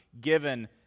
given